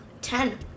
Ten